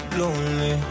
lonely